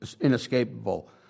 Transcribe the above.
inescapable